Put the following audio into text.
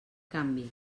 canvi